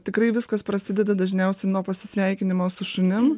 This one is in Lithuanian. tikrai viskas prasideda dažniausiai nuo pasisveikinimo su šunim